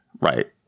right